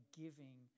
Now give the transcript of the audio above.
giving